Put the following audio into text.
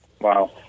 Wow